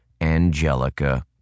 Angelica